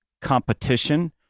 competition